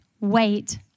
Wait